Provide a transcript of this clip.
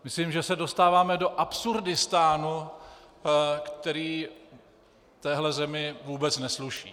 Myslím, že se dostáváme do Absurdistánu, který téhle zemi vůbec nesluší.